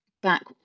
back